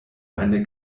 eine